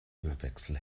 ölwechsel